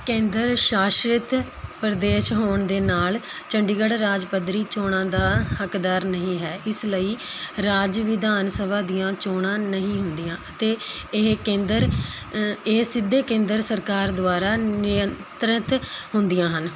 ਕੇਂਦਰ ਸ਼ਾਸਿਤ ਪ੍ਰਦੇਸ਼ ਹੋਣ ਦੇ ਨਾਲ਼ ਚੰਡੀਗੜ੍ਹ ਰਾਜ ਪੱਧਰੀ ਚੋਣਾਂ ਦਾ ਹੱਕਦਾਰ ਨਹੀਂ ਹੈ ਇਸ ਲਈ ਰਾਜ ਵਿਧਾਨ ਸਭਾ ਦੀਆਂ ਚੋਣਾਂ ਨਹੀਂ ਹੁੰਦੀਆਂ ਅਤੇ ਇਹ ਕੇਂਦਰ ਇਹ ਸਿੱਧੇ ਕੇਂਦਰ ਸਰਕਾਰ ਦੁਆਰਾ ਨਿਯੰਤਰਿਤ ਹੁੰਦੀਆਂ ਹਨ